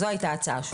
זאת הייתה ההצעה שלו.